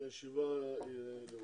הישיבה נעולה.